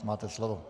Máte slovo.